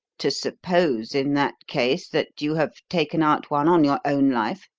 to suppose, in that case, that you have taken out one on your own life?